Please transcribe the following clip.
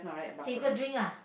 favourite drink lah